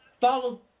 follow